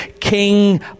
King